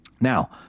now